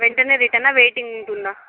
వెంటనే రిటర్న్ ఆ వెయిటింగ్ ఉంటుందా